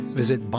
visit